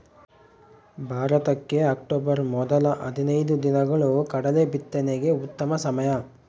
ಭಾರತಕ್ಕೆ ಅಕ್ಟೋಬರ್ ಮೊದಲ ಹದಿನೈದು ದಿನಗಳು ಕಡಲೆ ಬಿತ್ತನೆಗೆ ಉತ್ತಮ ಸಮಯ